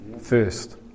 first